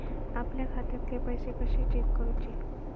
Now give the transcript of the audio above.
आपल्या खात्यातले पैसे कशे चेक करुचे?